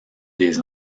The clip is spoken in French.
des